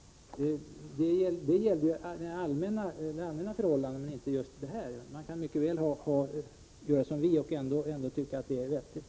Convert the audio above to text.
Det gällde ju allmänna förhållanden och inte just det här. Man kan mycket väl göra som vi föreslår — det tycker jag är vettigt.